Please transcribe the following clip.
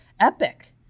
epic